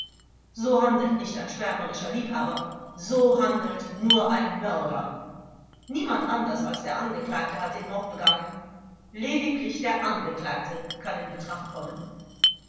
so handelt nicht ein schwärmerischer liebhaber so handelt nur ein mörder niemand anders als der angeklagte hat den mord begangen lediglich der angeklagte kann in betracht kommen